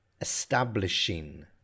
Establishing